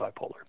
bipolar